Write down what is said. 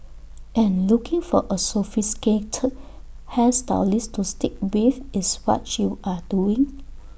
and looking for A sophisticated hair stylist to stick with is what you are doing